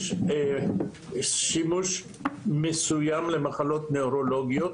יש שימוש מסוים במחלות נוירולוגיות,